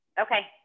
Okay